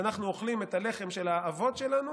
שאנחנו אוכלים את הלחם של האבות שלנו